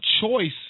choice